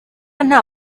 nta